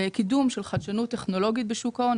קידום של חדשנות טכנולוגית בשוק ההון.